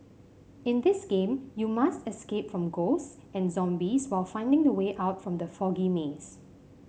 in this game you must escape from ghost and zombies while finding the way out from the foggy maze